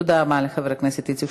תודה רבה לחבר הכנסת איציק שמולי.